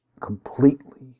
completely